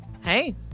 Hey